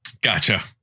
Gotcha